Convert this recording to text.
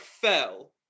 fell